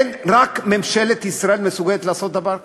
רק ממשלת ישראל מסוגלת לעשות דבר כזה.